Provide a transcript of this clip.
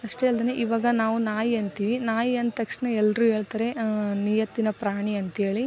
ಅಷ್ಟೇ ಅಲ್ದನೆ ಇವಾಗ ನಾವು ನಾಯಿ ಅಂತೀವಿ ನಾಯಿ ಅಂದ ತಕ್ಷಣ ಎಲ್ಲರು ಹೇಳ್ತಾರೆ ನಿಯತ್ತಿನ ಪ್ರಾಣಿ ಅಂತೇಳಿ